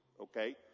okay